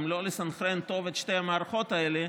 אם לא נסנכרן טוב את שתי המערכות האלה,